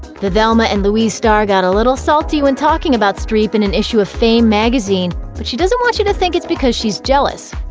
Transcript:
the thelma and louise star got a little salty when talking about streep in an issue of fame magazine but she doesn't want you to think it's because she's jealous.